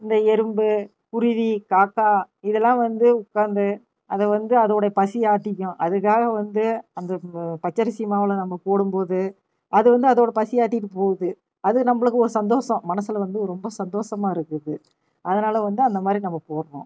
இந்த எறும்பு குருவி காக்கா இதெல்லாம் வந்து உட்காந்து அதை வந்து அதோட பசி ஆத்திக்கும் அதுக்காக வந்து அந்த பச்சரிசி மாவில் நம்ம போடும்போது அது வந்து அதோட பசியை ஆத்திகிட்டு போகுது அது நம்மளுக்கு ஒரு சந்தோஷம் மனசில் வந்து ரொம்ப சந்தோஷமா இருக்குது அதனால் வந்து அந்த மாதிரி நம்ம போடுறோம்